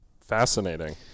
Fascinating